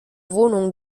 wohnungen